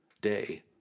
day